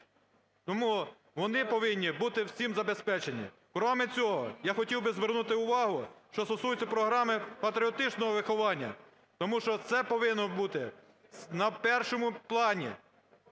тому вони повинні бути всім забезпечені. Крім цього, я хотів би звернути увагу, що стосується програми патріотичного виховання, тому що це повинно бути на першому плані